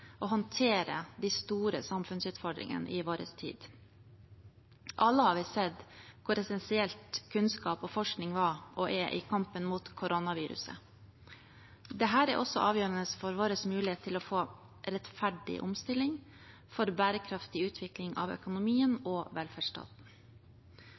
håndtere de store samfunnsutfordringene i vår tid. Alle har vi sett hvor essensielt kunnskap og forskning var og er i kampen mot koronaviruset. Dette er også avgjørende for vår mulighet til å få en rettferdig omstilling, for bærekraftig utvikling av økonomien